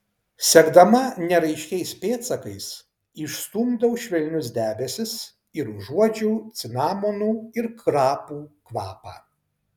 sekdama neraiškiais pėdsakais išstumdau švelnius debesis ir užuodžiu cinamonų ir krapų kvapą